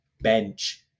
bench